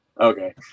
Okay